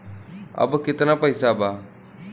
अब कितना पैसा बा?